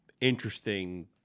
interesting